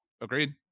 agreed